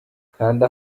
kanda